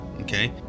okay